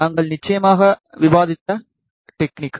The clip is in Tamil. நாங்கள் நிச்சயமாக விவாதித்த டெக்னீக்